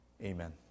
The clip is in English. Amen